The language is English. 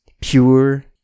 Pure